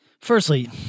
firstly